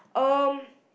um